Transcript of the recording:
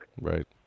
Right